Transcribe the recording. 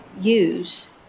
use